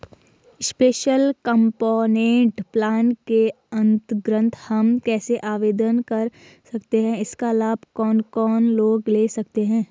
Special component plan के अन्तर्गत हम कैसे आवेदन कर सकते हैं इसका लाभ कौन कौन लोग ले सकते हैं?